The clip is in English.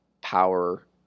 power